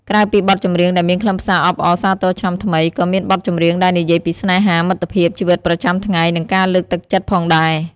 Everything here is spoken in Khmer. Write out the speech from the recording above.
ក្រៅពីបទចម្រៀងដែលមានខ្លឹមសារអបអរសាទរឆ្នាំថ្មី ក៏មានបទចម្រៀងដែលនិយាយពីស្នេហា មិត្តភាព ជីវិតប្រចាំថ្ងៃ និងការលើកទឹកចិត្តផងដែរ។